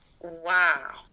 Wow